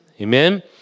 Amen